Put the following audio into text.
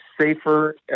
safer